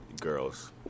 girls